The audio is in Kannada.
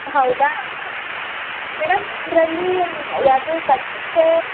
ಹೌದಾ ಮೇಡಮ್ ನಮ್ಮದ್ರಲ್ಲಿ ಅದು ಬಟ್ಟೆ